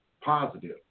positive